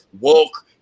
woke